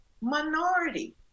minority